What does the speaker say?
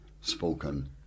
spoken